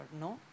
no